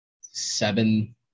seven